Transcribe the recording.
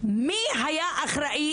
מי היה אחראי